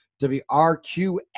WRQX